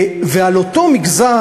ועל אותו מגזר,